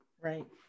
right